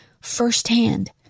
firsthand